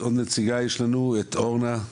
עוד נציגה יש לנו, את אורנה.